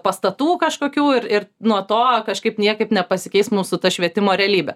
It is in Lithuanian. pastatų kažkokių ir ir nuo to kažkaip niekaip nepasikeis mūsų ta švietimo realybė